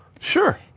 Sure